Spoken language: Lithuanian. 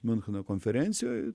miuncheno konferencijoj